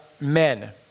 men